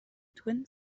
twin